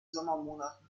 sommermonaten